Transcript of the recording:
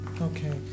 Okay